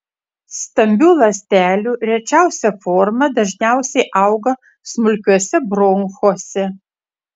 stambių ląstelių rečiausia forma dažniausiai auga smulkiuose bronchuose